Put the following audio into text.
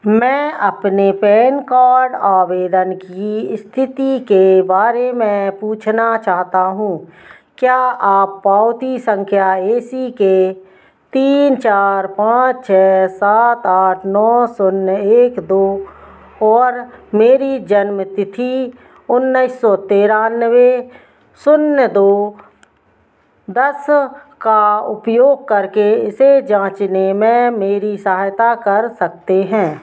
मैं अपने PAN card आवेदन की इस्थिति के बारे में पूछना चाहता हूँ क्या आप पावती सँख्या ए सी के तीन चार पाँच छह सात आठ नौ शून्य एक दो और मेरी जन्मतिथि उन्नीस सौ तिरानवे शून्य दो दस का उपयोग करके इसे जाँचने में मेरी सहायता कर सकते हैं